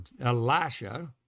Elisha